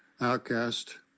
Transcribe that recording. outcast